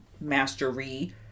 Mastery